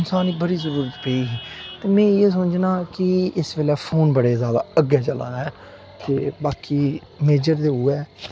इंसान दी बड़ी जरूरत पेई ही ते में इ'यै समझना कि इस बेल्लै फोन बड़े जादा अग्गें चला दा ऐ ते बाकी मेजर ते उ'ऐ